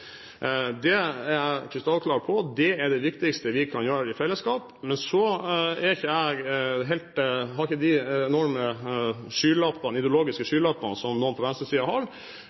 Det er jeg krystallklar på. Det er det viktigste vi kan gjøre i fellesskap. Men så har ikke jeg helt de enorme ideologiske skylappene som noen på venstresiden har,